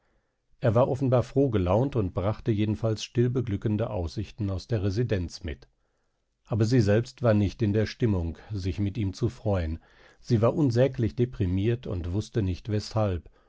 er war offenbar froh gelaunt und brachte jedenfalls stillbeglückende aussichten aus der residenz mit aber sie selbst war nicht in der stimmung sich mit ihm zu freuen sie war unsäglich deprimiert und wußte nicht weshalb